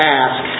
ask